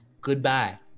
goodbye